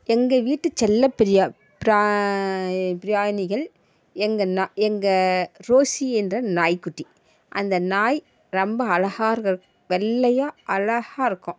எங்கள் வீட்டு செல்ல பிரியா பிரா பிராணிகள் எங்கள் நா எங்கள் ரோஸி என்ற நாய்க்குட்டி அந்த நாய் ரொம்ப அழகாக வெள்ளையாக அழகாக இருக்கும்